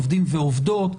עובדים ועובדות,